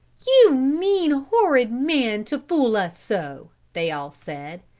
you mean, horrid man to fool us so! they all said.